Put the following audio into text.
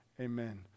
amen